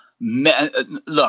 Look